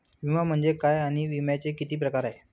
विमा म्हणजे काय आणि विम्याचे किती प्रकार आहेत?